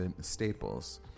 staples